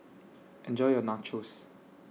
Enjoy your Nachos